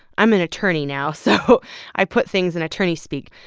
i'm an attorney now, so i put things in attorney speak.